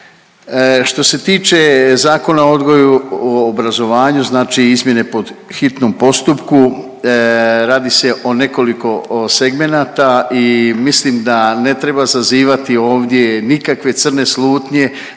što se tiče Zakona o odgoju i obrazovanju znači izmjene po hitnom postupku. Radi se o nekoliko segmenata i mislim da ne treba zazivati ovdje nikakve crne slutnje